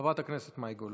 חברת הכנסת מאי גולן.